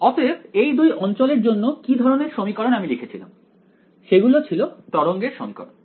অতএব এই দুই অঞ্চলের জন্য কি ধরনের সমীকরণ আমি লিখেছিলাম সেগুলো ছিল তরঙ্গের সমীকরণ